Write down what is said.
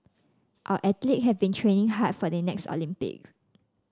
our athlete have been training hard for the next Olympic